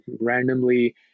randomly